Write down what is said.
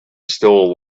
still